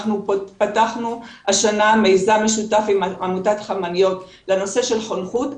אנחנו פתחנו השנה מיזם משותף עם עמותת "חמניות" לנושא של חונכות.